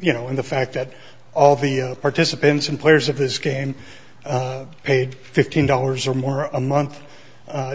you know in the fact that all the participants and players of his game paid fifteen dollars or more a month